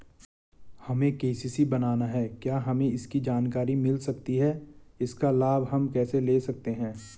हमें के.सी.सी बनाना है क्या हमें इसकी जानकारी मिल सकती है इसका लाभ हम कैसे ले सकते हैं?